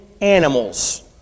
animals